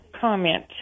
comment